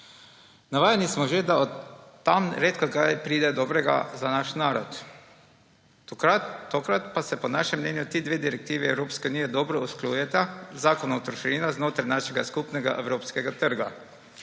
Navajeni smo že, da od tam redko kaj pride dobrega za naš narod. Tokrat pa se po našem mnenju ti dve direktivi Evropske unije dobro usklajujeta z Zakonom o trošarinah znotraj našega skupnega evropskega trga.